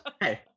Hey